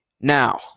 Now